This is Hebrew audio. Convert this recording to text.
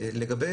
לגבי